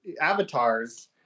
avatars